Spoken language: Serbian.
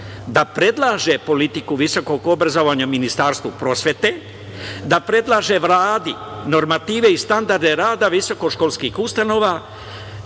da predlaže politiku visokog obrazovanja Ministarstvu prosvete, da predlaže Vladi normative i standarde rade visokoškolskih ustanova,